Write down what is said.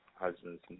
husband's